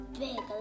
big